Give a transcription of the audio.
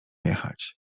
jechać